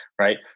Right